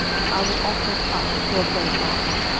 and i will offer it up for a burnt offering.